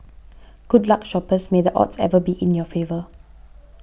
good luck shoppers may the odds ever be in your favour